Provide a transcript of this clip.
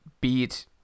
beat